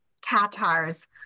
Tatars